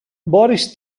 boris